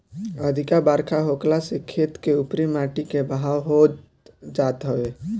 अधिका बरखा होखला से खेत के उपरी माटी के बहाव होत जात हवे